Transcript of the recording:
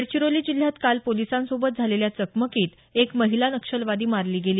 गडचिरोली जिल्ह्यात काल पोलिसांसोबत झालेल्या चकमकीत एक महिला नक्षलवादी मारली गेली